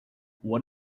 what